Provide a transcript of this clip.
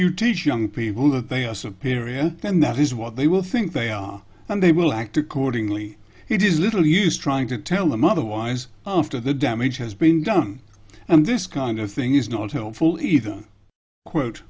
you teach young people that they are some period then that is what they will think they are and they will act accordingly it is little use trying to tell them otherwise after the damage has been done and this kind of thing is not helpful either quote